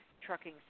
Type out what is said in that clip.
trucking